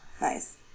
Nice